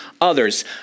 others